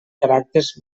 caràcters